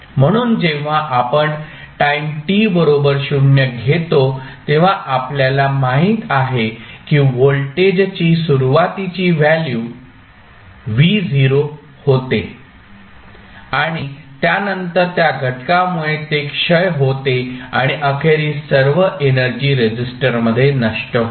म्हणून जेव्हा आपण टाईम t 0 घेतो तेव्हा आपल्याला माहित आहे की व्होल्टेजची सुरुवातीची व्हॅल्यू V0 होते आणि त्यानंतर त्या घटकामुळे ते क्षय होते आणि अखेरीस सर्व एनर्जी रेसिस्टरमध्ये नष्ट होते